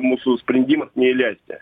mūsų sprendimas neįleisti